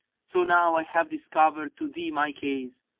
so now i have discovered to thee my case,